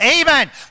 Amen